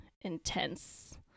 intense